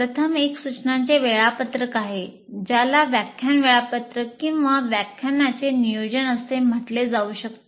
प्रथम एक सूचनांचे वेळापत्रक आहे ज्याला व्याख्यान वेळापत्रक किंवा व्याख्यानाचे नियोजन असे म्हटले जाऊ शकते